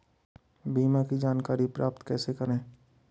बीमा की जानकारी प्राप्त कैसे करें?